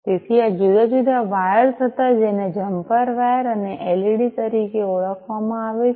તેથી આ આ જુદા જુદા વાયર હતા જેને જમ્પર વાયર અને એલઇડી તરીકે ઓળખવામાં આવે છે